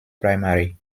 primary